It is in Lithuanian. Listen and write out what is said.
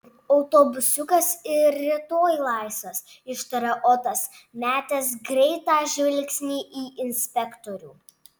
autobusiukas ir rytoj laisvas ištarė otas metęs greitą žvilgsnį į inspektorių